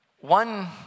One